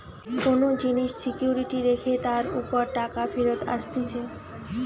কোন জিনিস সিকিউরিটি রেখে তার উপর টাকা ফেরত আসতিছে